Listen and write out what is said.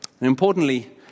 Importantly